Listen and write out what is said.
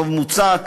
רוב מוצק,